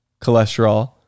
cholesterol